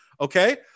okay